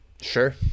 Sure